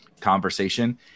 conversation